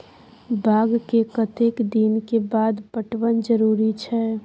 बाग के कतेक दिन के बाद पटवन जरूरी छै?